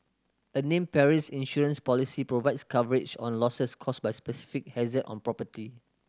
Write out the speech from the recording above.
a named perils insurance policy provides coverage on losses caused by specific hazard on property